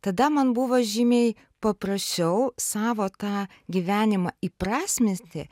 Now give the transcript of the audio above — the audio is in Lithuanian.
tada man buvo žymiai paprasčiau savo tą gyvenimą įprasminti